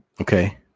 Okay